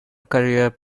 career